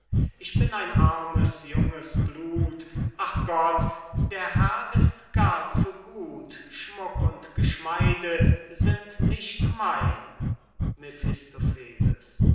ich bin ein armes junges blut ach gott der herr ist gar zu gut schmuck und geschmeide sind nicht mein